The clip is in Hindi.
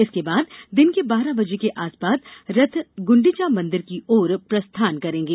इसके बाद दिन के बारह बजे के आसपास रथ गुंडिचा मंदिर की ओर प्रस्थान करेंगे